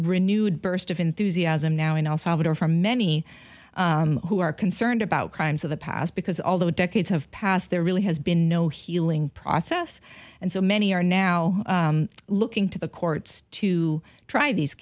renewed burst of enthusiasm now in el salvador from many who are concerned about crimes of the past because although decades have passed there really has been no healing process and so many are now looking to the courts to try these